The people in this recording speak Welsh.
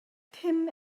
pum